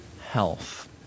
health